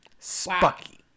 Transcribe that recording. spucky